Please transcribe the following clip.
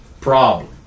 problem